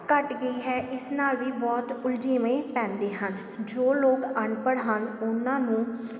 ਘੱਟ ਗਈ ਹੈ ਇਸ ਨਾਲ਼ ਵੀ ਬਹੁਤ ਉਲਝੇਵੇ ਪੈਂਦੇ ਹਨ ਜੋ ਲੋਕ ਅਨਪੜ੍ਹ ਹਨ ਉਨ੍ਹਾਂ ਨੂੰ